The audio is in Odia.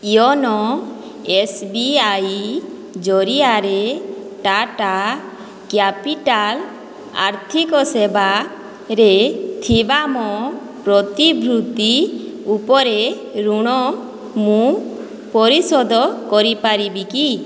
ୟୋନୋ ଏସ୍ ବି ଆଇ ଜରିଆରେ ଟାଟା କ୍ୟାପିଟାଲ୍ ଆର୍ଥିକ ସେବାରେ ଥିବା ମୋ ପ୍ରତିଭୂତି ଉପରେ ଋଣ ମୁଁ ପରିଶୋଧ କରିପାରିବି କି